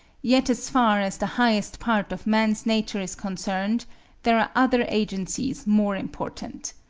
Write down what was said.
yet as far as the highest part of man's nature is concerned there are other agencies more important.